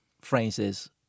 phrases